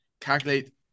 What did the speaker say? calculate